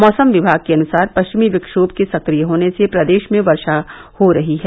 मौसम विभाग के अनुसार पश्चिमी विक्षोम के सक्रिय होने से प्रदेश में वर्षा हो रही है